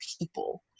people